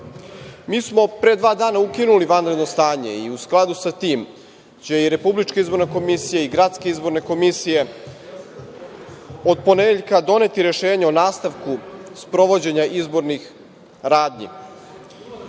smo pre dva dana ukinuli vanredno stanje i u skladu sa tim će i Republička izborna komisija i gradske izborne komisije od ponedeljka doneti rešenje o nastavniku sprovođenja izbornih radnji. Izborni